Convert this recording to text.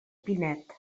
pinet